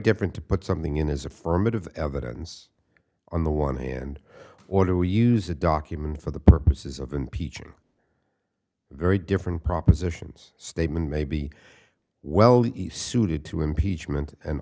different to put something in his affirmative evidence on the one hand or do we use the document for the purposes of impeaching very different propositions statement may be well he suited to impeachment an